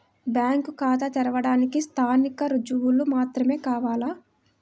Bank ఖాతా తెరవడానికి స్థానిక రుజువులు మాత్రమే కావాలా?